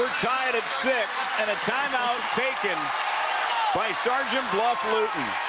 tied at six. and a time-out taken by sergeant bluff-luton.